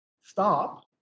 stop